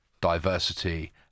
diversity